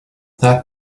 that